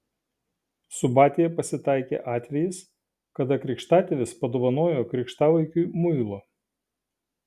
subatėje pasitaikė atvejis kada krikštatėvis padovanojo krikštavaikiui muilo